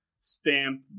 stamp